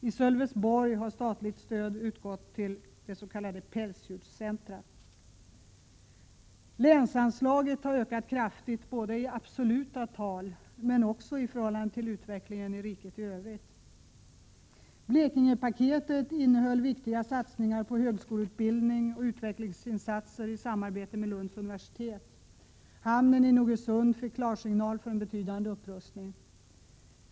I Sölvesborg har statligt stöd utgått till ett s.k. pälsdjurscentrum. Länsanslaget har ökat kraftigt både i absoluta tal och i förhållande till utvecklingen i riket i övrigt. Blekingepaketet innehöll viktiga satsningar på högskoleutbildning och utvecklingsinsatser i samarbete med Lunds universitet. Hamnen Nogersund fick klarsignal för en betydande upprustning.